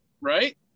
Right